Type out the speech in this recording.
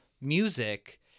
music